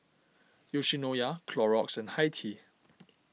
Yoshinoya Clorox and Hi Tea